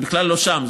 זה בכלל לא שם,